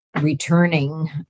returning